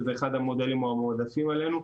שזה אחד המודלים המועדפים עלינו.